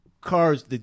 Cars